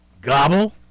gobble